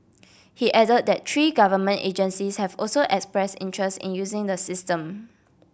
he added that three government agencies have also expressed interest in using the system